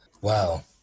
wow